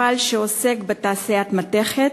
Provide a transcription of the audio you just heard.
מפעל שעוסק בתעשיית מתכת.